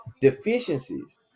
deficiencies